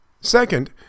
Second